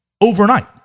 overnight